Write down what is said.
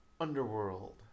Underworld